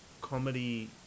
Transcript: comedy